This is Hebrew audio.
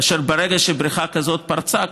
כאשר ברגע שבריכה כזאת פרצה,